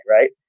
right